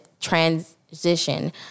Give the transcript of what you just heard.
transition